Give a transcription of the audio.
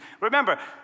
Remember